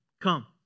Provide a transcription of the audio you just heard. come